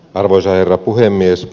arvoisa herra puhemies